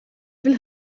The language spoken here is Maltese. fil